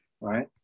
right